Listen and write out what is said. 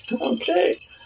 Okay